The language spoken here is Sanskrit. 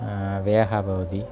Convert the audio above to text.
व्ययः भवति